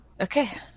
Okay